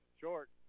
Short